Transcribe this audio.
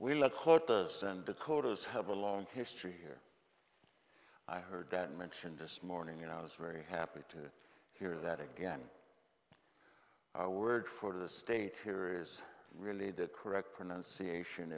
codice have a long history here i heard that mentioned this morning and i was very happy to hear that again our word for the state here is really that correct pronunciation